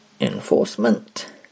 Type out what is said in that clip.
enforcement